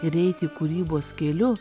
ir eiti kūrybos keliu